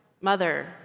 mother